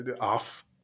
off